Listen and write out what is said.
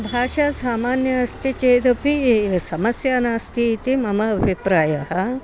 भाषा सामान्या अस्ति चेदपि समस्या नास्ति इति मम अभिप्रायः